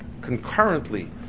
concurrently